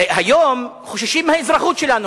היום חוששים מהאזרחות שלנו.